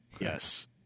Yes